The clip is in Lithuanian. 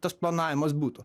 tas planavimas būtų